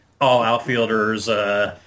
all-outfielders